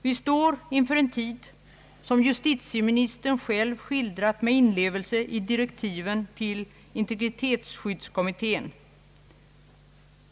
Vi står inför en tid, som justitieministern själv skildrat med inlevelse i direktiven till integritetsskyddskommittén.